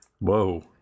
Whoa